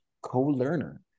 co-learner